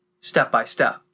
step-by-step